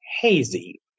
hazy